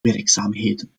werkzaamheden